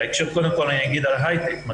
קודם כל אני אגיד על ההייטק,